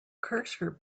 cursor